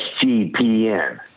SGPN